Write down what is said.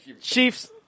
Chiefs